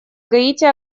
гаити